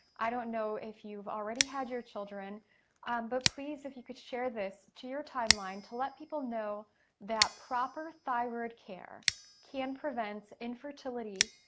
i don't know if you've already had your children but please, if you could share this to your timeline to let people know that proper thyroid care can prevent infertility,